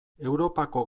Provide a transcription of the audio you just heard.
europako